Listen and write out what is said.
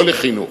לא לחינוך,